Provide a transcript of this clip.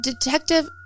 detective